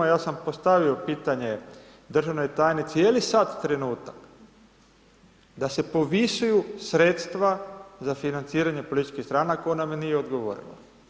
Ja sam postavio pitanje državnoj tajnici, je li sad trenutak da se povisuju sredstva za financiranje političkih stranaka, ona mi nije odgovorila.